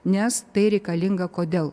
nes tai reikalinga kodėl